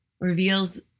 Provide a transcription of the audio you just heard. reveals